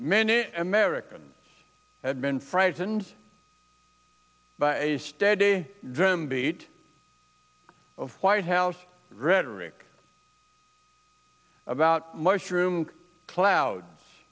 many americans had been frightened by a steady drumbeat of white house rhetoric about mushroom clouds